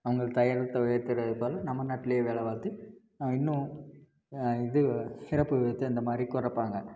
அவங்க தரத்தை உயர்த்துறதுக்கு பதிலாக நம்ம நாட்லையே வேலை பார்த்து இன்னும் இது சிறப்பு விகிதத்தை அந்த மாதிரி கொறைப்பாங்க